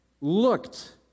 looked